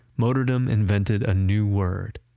motordom invented a new word,